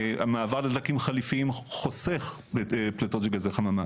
המעבר לדלקים חליפיים חוסך בפלטות של גזי חממה,